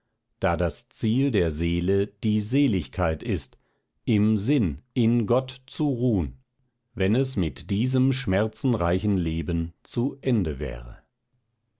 da das ziel der seele die seligkeit ist im sinn in gott zu ruhn wenn es mit diesem schmerzenreichen leben zu ende wäre